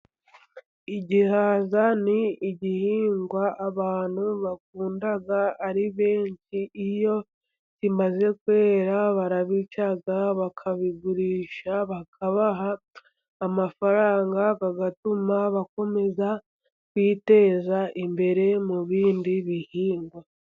Igihaza ni igihingwa abantu bakunda ari benshi. Iyo bimaze kwera barabica, bakabigurisha, bakabaha amafaranga atuma bakomeza kwiteza imbere mu bindi bihingwa.